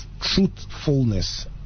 truthfulness